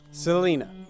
Selena